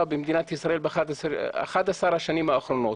במדינת ישראל באחד עשר השנים האחרונות.